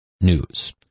news